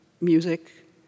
music